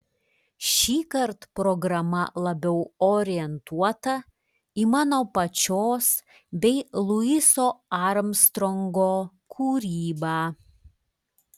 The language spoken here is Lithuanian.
šįkart programa labiau orientuota į mano pačios bei luiso armstrongo kūrybą